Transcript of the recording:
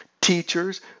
teachers